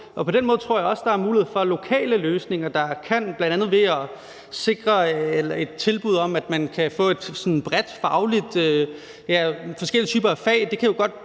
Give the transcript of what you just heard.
På den måde tror jeg også der er mulighed for lokale løsninger, der kan, bl.a. ved et tilbud om, at man kan få forskellige typer fag,